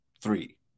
three